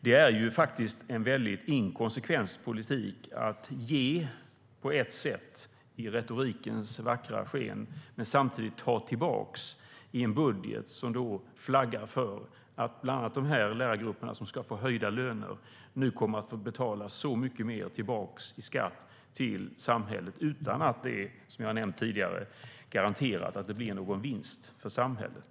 Det är en väldigt inkonsekvent politik att ge på ett sätt i retorikens vackra sken och samtidigt ta tillbaka i en budget som flaggar för att bland annat de lärargrupperna som ska få höjda löner nu kommer att få betala tillbaka så mycket mer i skatt till samhället utan att det är garanterat, som jag har nämnt tidigare, att det blir någon vinst för samhället.